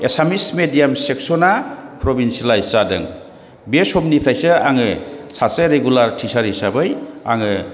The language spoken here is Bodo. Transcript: एसामिस मिडियाम सेक्सना प्रभिन्सियेलाइस जादों बे समनिफ्रायसो आङो सासे रेगुलार टिसार हिसाबै आङो